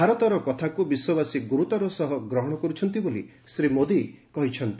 ଭାରତର କଥାକୁ ବିଶ୍ୱବାସୀ ଗୁରୁତର ସହ ଗ୍ରହଣ କରୁଛନ୍ତି ବୋଲି ଶ୍ରୀ ମୋଦୀ କହିଚ୍ଛନ୍ତି